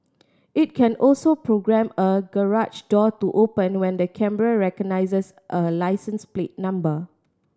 it can also programme a garage door to open when the camera recognises a licence plate number